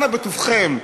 אנא, בטובכם,